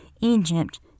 Egypt